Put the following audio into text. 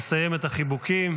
נסיים את החיבוקים.